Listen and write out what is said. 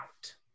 out